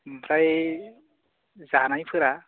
ओमफ्राय जानायफोरा